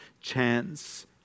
chance